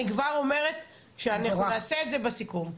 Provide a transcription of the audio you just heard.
אני כבר אומרת שאנחנו נעשה את זה בסיכום.